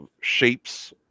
shapes